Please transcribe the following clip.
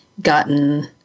gotten